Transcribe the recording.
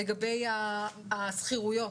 לגבי השכירויות,